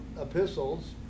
epistles